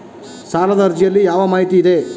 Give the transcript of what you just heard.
ಸಾಲದ ಅರ್ಜಿಯಲ್ಲಿ ಯಾವ ಮಾಹಿತಿ ಇದೆ?